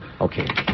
Okay